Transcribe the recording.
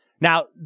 Now